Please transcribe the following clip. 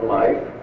life